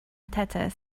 tatters